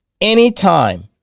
Anytime